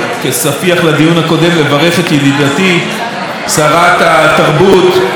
לברך את ידידתי שרת התרבות מירי רגב.